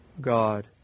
God